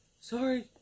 Sorry